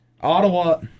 Ottawa